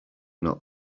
not